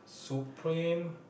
Supreme